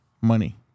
money